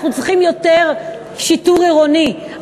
אנחנו צריכים יותר שיטור עירוני,